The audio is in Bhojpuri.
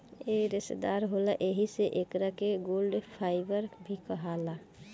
इ रेसादार होला एही से एकरा के गोल्ड फाइबर भी कहाला